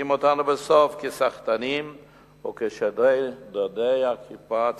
ומציגים אותנו בסוף כסחטנים וכשודדי הקופה הציבורית.